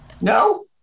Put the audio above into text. No